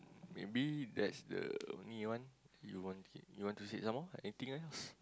maybe that's the only one you want hear to say some more anything else